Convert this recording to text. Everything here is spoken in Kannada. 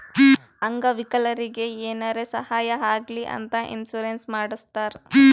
ಅಂಗ ವಿಕಲರಿಗಿ ಏನಾರೇ ಸಾಹಾಯ ಆಗ್ಲಿ ಅಂತ ಇನ್ಸೂರೆನ್ಸ್ ಮಾಡಸ್ತಾರ್